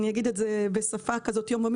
אני אגיד את זה בשפה יום-יומית,